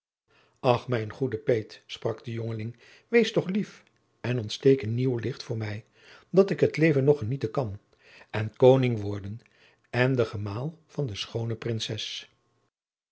ach mijn goede peet sprak de jongeling wees toch lief en ontsteek een nieuw licht voor mij dat ik het leven nog genieten kan en koning worden en de gemaal van de schoone prinses